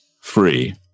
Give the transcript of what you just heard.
free